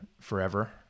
forever